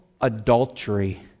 adultery